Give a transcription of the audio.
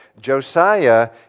Josiah